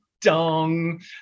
dong